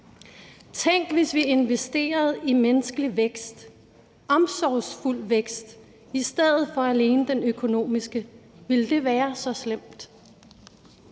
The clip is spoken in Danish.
»Tænk, hvis vi investerede i menneskelig vækst, omsorgsfuld vækst, i stedet for alene den økonomiske? Ville det være så slemt?«